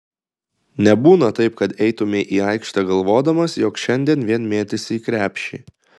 nebūna taip kad eitumei į aikštę galvodamas jog šiandien vien mėtysi į krepšį